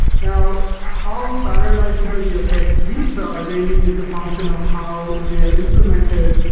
now how parallelizable your test suites are really is a function of how they are implemented,